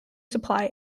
supply